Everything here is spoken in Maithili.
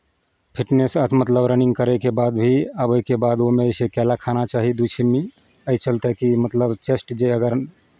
फिटनेस आर मतलब रनिंग करयके बाद भी अबयके बाद ओहिमे जे छै केरा खाना चाही दू छिम्मी एहि चलते मतलब कि चेस्ट जे अगर